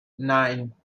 nine